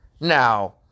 Now